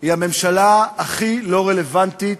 היא הממשלה הכי לא רלוונטית